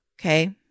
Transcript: Okay